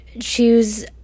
choose